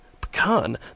pecan